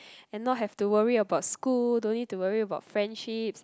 and not have to worry about school no need to worry about friendships